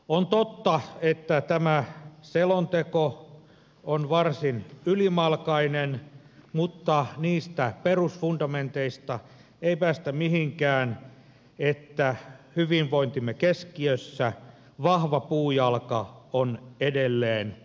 on totta että tämä selonteko on varsin ylimalkainen mutta niistä perusfundamenteista ei päästä mihinkään että hyvinvointimme keskiössä vahva puujalka on edelleen mitä keskeisin